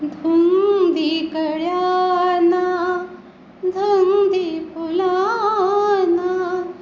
धुंदी कळ्यांना धुंदी फुलांना